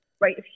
right